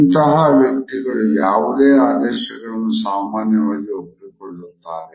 ಇಂತಹ ವ್ಯಕ್ತಿಗಳು ಯಾವುದೇ ಆದೇಶಗಳನ್ನು ಸಾಮಾನ್ಯವಾಗಿ ಒಪ್ಪಿಕೊಳ್ಳುತ್ತಾರೆ